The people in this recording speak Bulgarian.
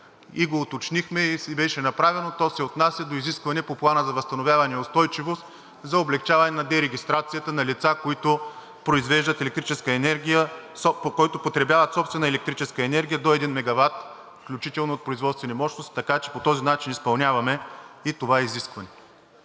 в Комисията и беше направено, се отнася до изискване по Плана за възстановяване и устойчивост за облекчаване на дерегистрацията на лица, които потребяват собствена електрическа енергия до 1 MW включително от производствени мощности. Така че по този начин изпълняваме и това изискване.